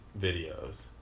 videos